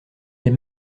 les